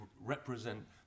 represent